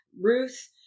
Ruth